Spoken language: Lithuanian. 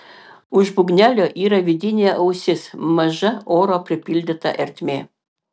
už būgnelio yra vidinė ausis maža oro pripildyta ertmė